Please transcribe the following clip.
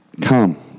come